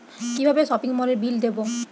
কিভাবে সপিং মলের বিল দেবো?